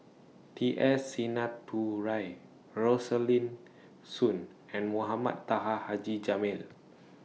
T S Sinnathuray Rosaline Soon and Mohamed Taha Haji Jamil